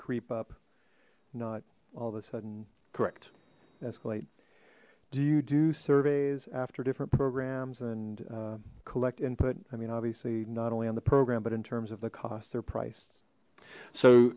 creep up not all of a sudden correct escalate do you do surveys after different programs and collect input i mean obviously not only on the program but in terms of the cost they're priced so